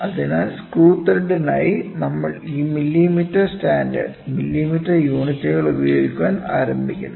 അതിനാൽ സ്ക്രൂ ത്രെഡിനായി നമ്മൾ ഈ മില്ലിമീറ്റർ സ്റ്റാൻഡേർഡ് മില്ലിമീറ്റർ യൂണിറ്റുകൾ ഉപയോഗിക്കാൻ ആരംഭിക്കുന്നു